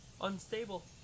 Unstable